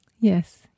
Yes